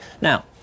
Now